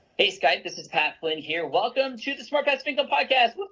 hey, skype. this is pat flynn here. welcome to the smart passive income podcast. woo.